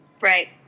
Right